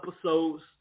episodes